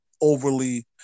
overly